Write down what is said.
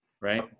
right